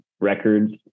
records